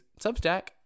Substack